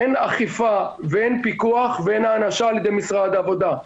אין אכיפה ואין פיקוח ואין הענשה על ידי משרד העבודה.